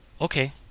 Okay